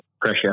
pressure